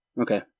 Okay